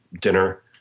dinner